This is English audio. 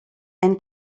and